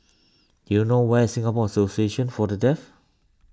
do you know where is Singapore Association for the Deaf